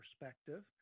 perspective